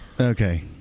Okay